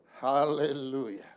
Hallelujah